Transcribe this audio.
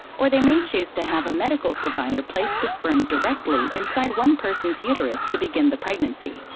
or they may choose to have a medical provider place the sperm directly inside one person's uterus to begin the pregnancy.